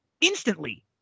Instantly